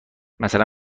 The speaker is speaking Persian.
مثلا